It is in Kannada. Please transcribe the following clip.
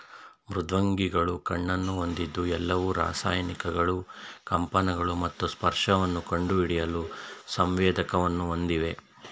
ಮೃದ್ವಂಗಿಗಳು ಕಣ್ಣನ್ನು ಹೊಂದಿದ್ದು ಎಲ್ಲವು ರಾಸಾಯನಿಕಗಳು ಕಂಪನಗಳು ಮತ್ತು ಸ್ಪರ್ಶವನ್ನು ಕಂಡುಹಿಡಿಯಲು ಸಂವೇದಕವನ್ನು ಹೊಂದಿವೆ